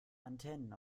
antennen